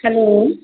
hello